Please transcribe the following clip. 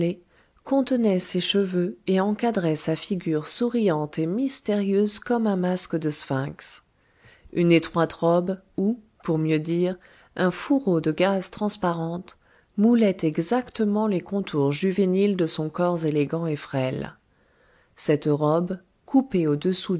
contenait ses cheveux et encadrait sa figure souriante et mystérieuse comme un masque de sphinx une étroite robe ou pour mieux dire un fourreau de gaze transparente moulait exactement les contours juvéniles de son corps élégant et frêle cette robe coupée